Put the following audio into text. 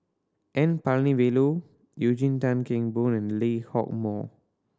N Palanivelu Eugene Tan Kheng Boon and Lee Hock Moh